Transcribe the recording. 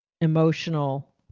emotional